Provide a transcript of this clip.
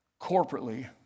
corporately